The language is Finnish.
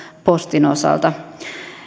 postin osalta